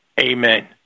amen